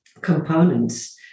components